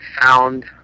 found